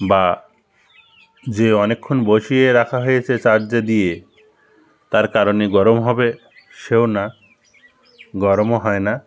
বা যে অনেকক্ষণ বসিয়ে রাখা হয়েছে চার্জে দিয়ে তার কারণে গরম হবে সেও না গরমও হয় না